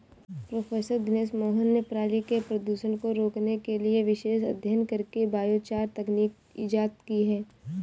professor Dinesh Mohan ने पराली के प्रदूषण को रोकने के लिए विशेष अध्ययन करके बायोचार तकनीक इजाद की है